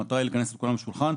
מתי לכנס שולחן עם כולם.